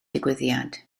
digwyddiad